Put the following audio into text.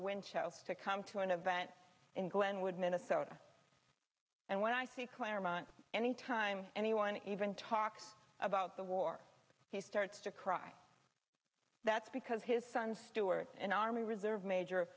when cho to come to an event in glenwood minnesota and when i see claremont anytime anyone even talks about the war he starts to cry that's because his son stuart an army reserve major